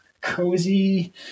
cozy